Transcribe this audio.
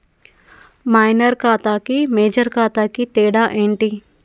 Minor ఖాతా కి major ఖాతా కి తేడా ఏంటి?